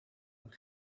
een